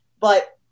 But-